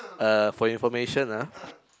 uh for information ah